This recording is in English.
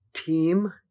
team